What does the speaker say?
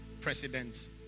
President